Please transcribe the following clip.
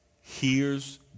hears